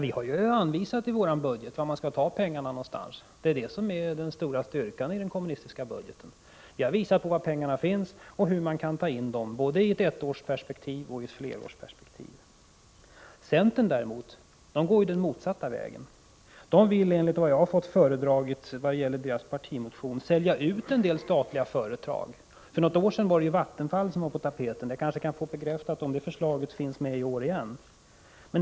Vi har i vårt budgetförslag anvisat var pengarna skall tas. Det är den stora styrkan i den kommunistiska budgeten. Vi har visat var pengarna finns och hur man kan ta in dem, både i ett ettårsperspektiv och i ett flerårsperspektiv. Centern däremot går den motsatta vägen. Enligt vad jag har fått mig föredraget ur centerns partimotion vill centern sälja ut en del statliga företag. För något år sedan var det Vattenfall som var på tapeten. Jag kanske kan få bekräftat om det förslaget finns med också i år.